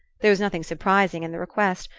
there was nothing surprising in the request,